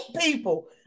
people